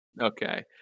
Okay